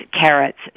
carrots